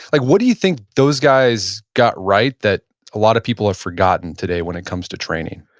like what do you think those guys got right that a lot of people have forgotten today when it comes to training?